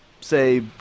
say